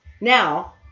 Now